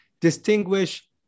distinguish